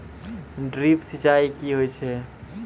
Drip सिंचाई कि होय छै?